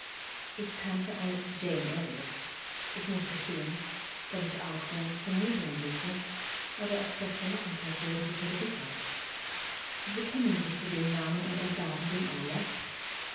ich kannte eine jane elliot ich muß gestehen daß ich argwohn vermutungen hegte aber erst gestern nachmittag wurden sie zur gewißheit sie bekennen sich zu dem namen und entsagen dem